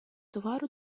товару